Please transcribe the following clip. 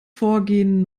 vorgehen